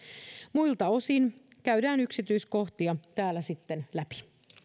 muilta osin käydään yksityiskohtia täällä sitten läpi